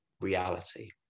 reality